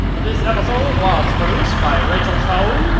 ah this episode was produced by rachel cohn,